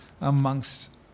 amongst